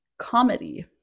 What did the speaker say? comedy